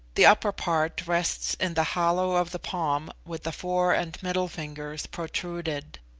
the upper part rests in the hollow of the palm with the fore and middle fingers protruded.